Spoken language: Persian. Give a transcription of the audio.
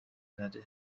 نده